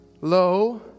Lo